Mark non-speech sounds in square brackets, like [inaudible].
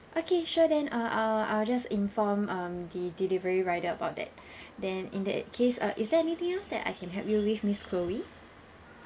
okay sure then uh uh I'll just inform um the delivery rider about that [breath] then in that case uh is there anything else that I can help you leave miss chloe